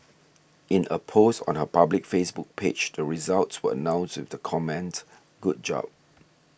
in a post on her public Facebook page the results were announced with the comment Good job